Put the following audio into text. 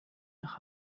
nach